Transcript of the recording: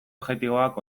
objektiboak